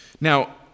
Now